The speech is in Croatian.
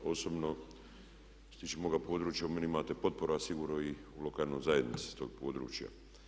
Osobno što se tiče moga područja u meni imate potporu, a sigurno i lokalne zajednice s tog područja.